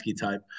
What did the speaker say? type